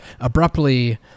abruptly